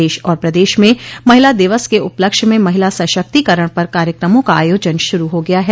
देश और प्रदेश में महिला दिवस के उपलक्ष्य में महिला सशक्तिकरण पर कार्यक्रमों का आयोजन शुरू हो गया है